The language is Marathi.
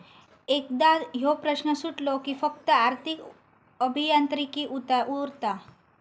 एकदा ह्यो प्रश्न सुटलो कि फक्त आर्थिक अभियांत्रिकी उरता